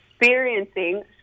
experiencing